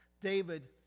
David